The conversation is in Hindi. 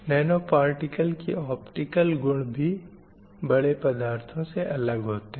नैनो पार्टिकल की ऑप्टिकल गुण भी बड़े पदार्थों से अलग होते हैं